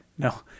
No